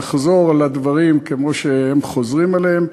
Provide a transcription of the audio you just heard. לחזור על הדברים כמו שהם חוזרים עליהם.